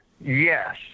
Yes